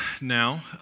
now